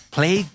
Play